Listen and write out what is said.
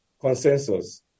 consensus